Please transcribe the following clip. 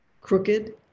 crooked